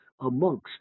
amongst